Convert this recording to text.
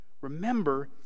remember